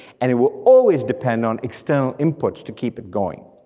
and it will always depend on external inputs to keep it going.